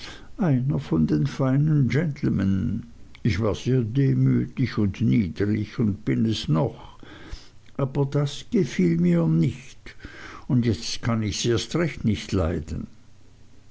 einer von den feinen gentlemen ich war sehr demütig und niedrig und bin es noch aber das gefiel mir nicht und jetzt kann ichs erst recht nicht leiden